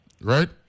Right